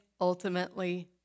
ultimately